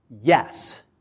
yes